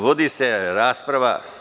Vodi se rasprava.